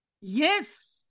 Yes